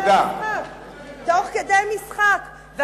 תוך כדי משחק.